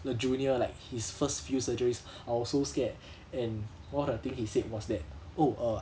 the junior like his first few surgeries I was so scared and all the thing he said was that oh err